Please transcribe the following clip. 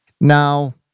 Now